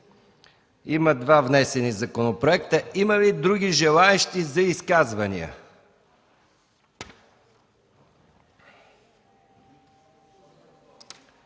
Има два внесени законопроекта. Има ли други желаещи за изказвания?